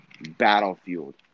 Battlefield